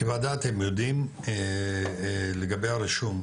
כוועדה אתם יודעים לגבי הרישום,